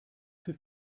für